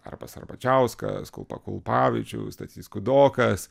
arbas arbačiauskas kulpa kulpavičius stasys kudokas